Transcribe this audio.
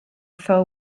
fell